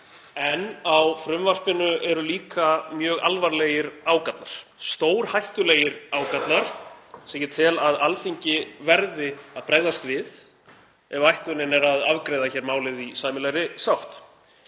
en á frumvarpinu eru líka mjög alvarlegir ágallar, stórhættulegir ágallar sem ég tel að Alþingi verði að bregðast við ef ætlunin er að afgreiða málið í sæmilegri sátt.